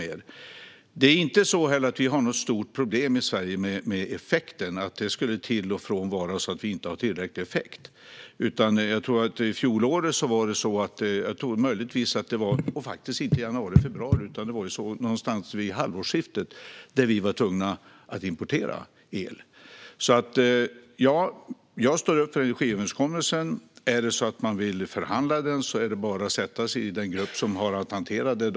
Vi har inte heller något stort problem med effekten i Sverige - att vi till och från inte skulle ha tillräcklig effekt. Under fjolåret tror jag att vi möjligtvis någonstans kring halvårsskiftet - faktiskt inte i januari-februari - var tvungna att importera el. Ja, jag står upp för energiöverenskommelsen. Vill man förhandla om den är det bara att sätta sig i den grupp som har att hantera det.